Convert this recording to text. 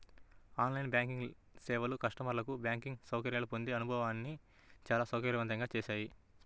on line banking సేవలు కస్టమర్లకు banking సౌకర్యాలను పొందే అనుభవాన్ని చాలా సౌకర్యవంతంగా చేశాయి